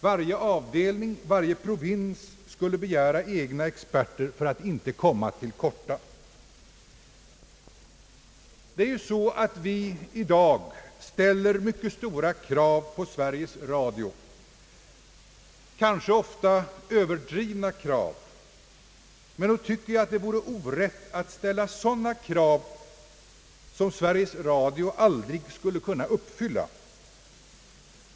Varje avdelning och varje provins skulle begära egna experter för att inte komma till korta. Vi ställer i dag stora krav på Sveriges Radio — kanske ofta överdrivna krav — men nog tycker jag det vore orätt att ställa sådana krav som Sveriges Radio aldrig skulle kunna uppfylla.